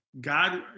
God